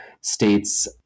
states